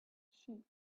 sheep